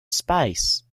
space